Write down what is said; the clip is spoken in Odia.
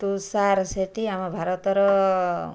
ତୁଷାର ସେଠି ଆମ ଭାରତର